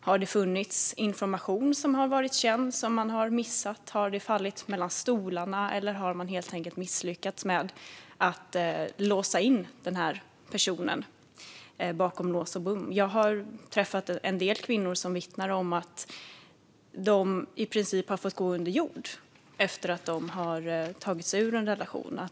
Har det funnits information som varit känd och som man har missat, har det fallit mellan stolarna eller har man helt enkelt misslyckats med att sätta personen bakom lås och bom? Jag har träffat en del kvinnor som vittnat om att de i princip har fått gå under jorden efter att de har tagit sig ur en relation.